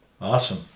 awesome